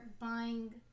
buying